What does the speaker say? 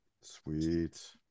Sweet